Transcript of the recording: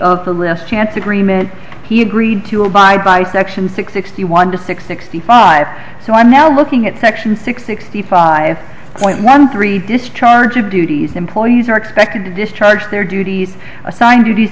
three chance agreement he agreed to abide by section sixty one to six sixty five so i'm now looking at section six sixty five point one three discharge of duties employees are expected to discharge their duties assigned duties